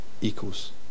equals